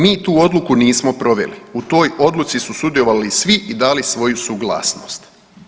Mi tu odluku nismo proveli, u toj odluci su sudjelovali svi i dali svoju suglasnost.